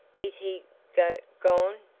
is he go gone?